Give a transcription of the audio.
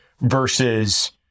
versus